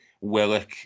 Willock